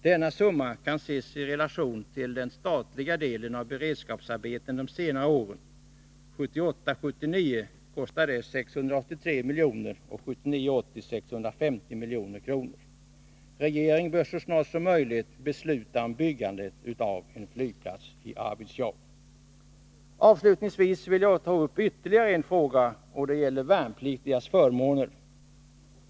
Denna summa kan ses i relation till den statliga delen av beredskapsarbeten de senaste åren — 1978 80 650 milj.kr. Regeringen bör så snart som möjligt besluta om byggandet av en flygplats i Arvidsjaur. Avslutningsvis vill jag ta upp ytterligare en fråga, de värnpliktigas förmåner.